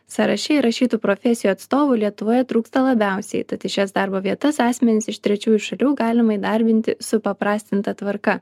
sąraše įrašytų profesijų atstovų lietuvoje trūksta labiausiai tad į šias darbo vietas asmenis iš trečiųjų šalių galima įdarbinti supaprastinta tvarka